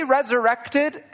resurrected